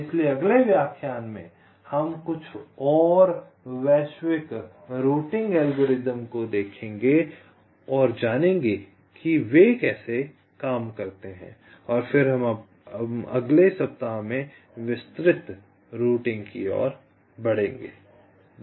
इसलिए अगले व्याख्यान में हम कुछ और वैश्विक रूटिंग एल्गोरिदम को देखेंगे और जानेंगे कि वे कैसे काम करते हैं और फिर हम अगले सप्ताह में विस्तृत रूटिंग की ओर बढ़ेंगे